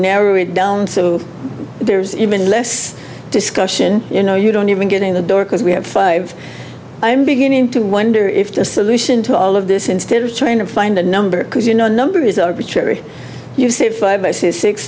narrow it down so there's even less discussion you know you don't even get in the door because we have five i'm beginning to wonder if the solution to all of this instead of trying to find a number because you know number is arbitrary you say five six s